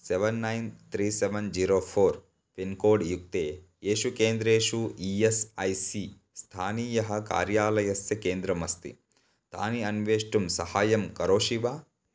seven nine three seven zero four pincode युक्ते येषु केन्द्रेषु ई एस् ऐ सी स्थानीयकार्यालयस्य केन्द्रम् अस्ति तानि अन्वेष्टुं सहायं करोषि वा